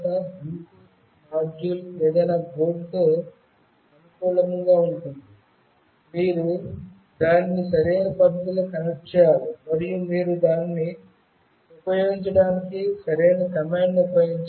Bluetooth module ఏదైనా బోర్డుతో అనుకూలంగా ఉంటుంది మీరు దానిని సరైన పద్ధతిలో కనెక్ట్ చేయాలి మరియు మీరు దానిని ఉపయోగించడానికి సరైన కమాండ్ని ఉపయోగించాలి